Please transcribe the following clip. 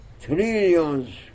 trillions